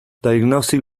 diagnostic